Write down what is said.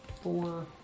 four